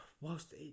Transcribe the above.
whilst